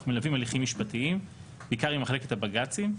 מלווים הליכים משפטיים בעיקר עם מחלקת הבג"צים,